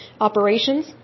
Operations